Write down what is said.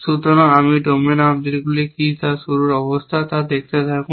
সুতরাং আপনি ডোমেনের অবজেক্টগুলি কি শুরুর অবস্থা তা দেখুন